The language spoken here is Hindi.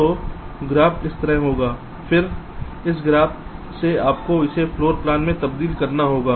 तो ग्राफ इस तरह होगा फिर इस ग्राफ से आपको इसे फ्लोर प्लान में तब्दील करना होगा